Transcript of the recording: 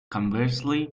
conversely